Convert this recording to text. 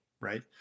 right